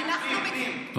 פנים, פנים, פנים.